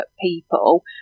people